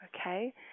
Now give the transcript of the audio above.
Okay